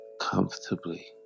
comfortably